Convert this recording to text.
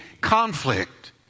conflict